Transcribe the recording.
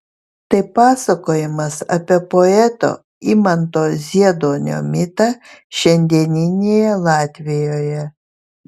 tai pasakojimas apie poeto imanto zieduonio mitą šiandieninėje latvijoje